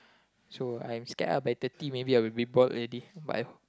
so I'm scared lah maybe by thirty I would be bald already but I